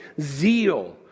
zeal